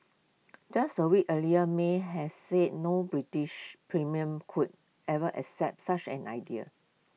just A weeks earlier may had said no British premier could ever accept such an idea